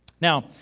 Now